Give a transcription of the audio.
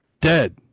dead